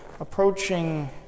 approaching